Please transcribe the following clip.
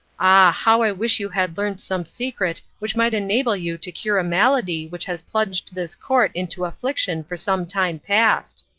how i wish you had learnt some secret which might enable you to cure a malady which has plunged this court into affliction for some time past!